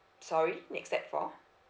sorry next step for